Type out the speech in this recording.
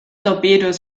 torpedos